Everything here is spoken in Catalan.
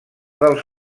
dels